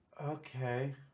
Okay